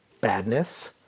badness